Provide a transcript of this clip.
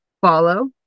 follow